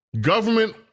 Government